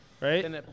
Right